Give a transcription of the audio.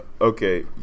Okay